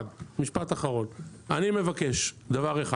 אני מבקש דבר אחד,